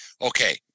okay